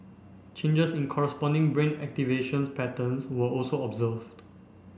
changes in corresponding brain activation patterns were also observed